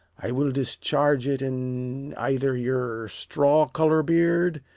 i will discharge it in either your straw-colour beard,